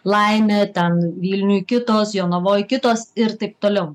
laimė ten vilniuj kitos jonavoj kitos ir taip toliau